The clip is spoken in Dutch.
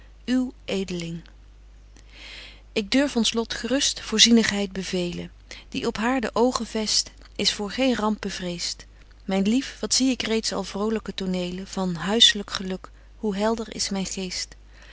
edeling ik durf ons lot gerust voorzienigheid bevelen die op haar de oogen vest is voor geen ramp bevreest myn lief wat zie ik reeds al vrolyke tonelen van huisselyk geluk hoe helder is myn geest